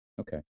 Okay